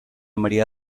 maria